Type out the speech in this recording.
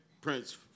Prince